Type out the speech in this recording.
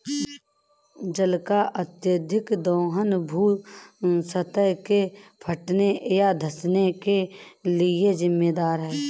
जल का अत्यधिक दोहन भू सतह के फटने या धँसने के लिये जिम्मेदार है